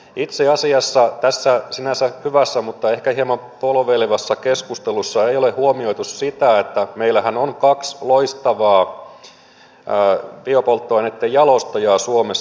itse asiassa tässä sinänsä hyvässä mutta ehkä hieman polveilevassa keskustelussa ei ole huomioitu sitä että meillähän on kaksi loistavaa biopolttoaineitten jalostajaa suomessa